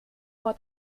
vor